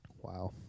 Wow